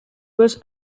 was